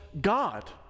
God